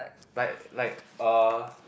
like like uh